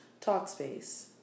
Talkspace